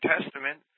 Testament